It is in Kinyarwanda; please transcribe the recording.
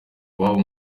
iwabo